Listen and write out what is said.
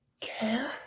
care